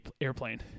airplane